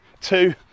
two